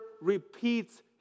repeats